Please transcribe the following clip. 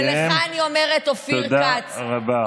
תודה רבה.